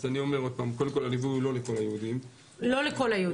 זה לא כל כך פופולרי להחמיא לך.